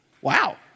Wow